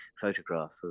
photograph